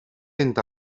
mynd